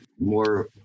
more